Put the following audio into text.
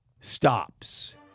stops